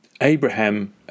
Abraham